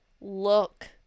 Look